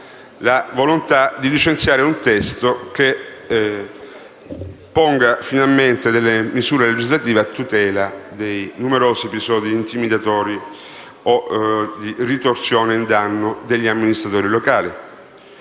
la volontà di licenziare un testo che fornisca finalmente delle misure legislative a tutela dei numerosi episodi intimidatori o ritorsivi in danno degli amministratori locali.